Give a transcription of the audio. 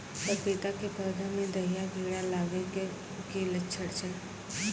पपीता के पौधा मे दहिया कीड़ा लागे के की लक्छण छै?